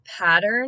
pattern